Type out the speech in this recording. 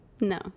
No